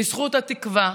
בזכות התקווה,